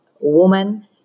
woman